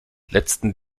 letzten